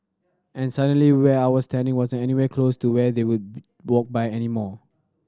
and suddenly where I was standing wasn't anywhere close to where they would walk by anymore